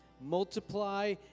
multiply